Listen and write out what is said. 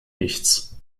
nichts